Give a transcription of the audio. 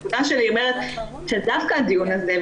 הנקודה שלי אומרת שדווקא הדיון הזה,